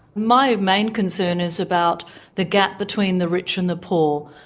my main concern is about the gap between the rich and the poor.